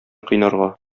кыйнарга